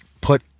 put